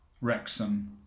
Wrexham